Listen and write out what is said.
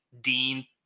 Dean